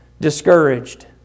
discouraged